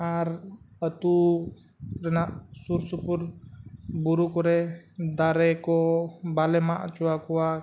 ᱟᱨ ᱟᱹᱛᱩ ᱨᱮᱱᱟᱜ ᱥᱩᱨᱼᱥᱩᱯᱩᱨ ᱵᱩᱨᱩ ᱠᱚᱨᱮ ᱫᱟᱨᱮ ᱠᱚ ᱵᱟᱞᱮ ᱢᱟᱜ ᱦᱚᱪᱚ ᱟᱠᱚᱣᱟ